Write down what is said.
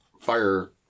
fire